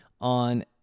on